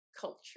culture